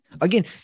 Again